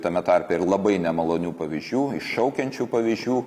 tame tarpe ir labai nemalonių pavyzdžių iššaukiančių pavyzdžių